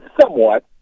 Somewhat